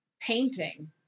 painting